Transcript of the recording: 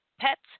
pets